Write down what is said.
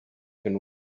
can